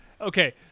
Okay